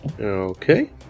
Okay